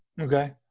Okay